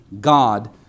God